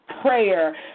prayer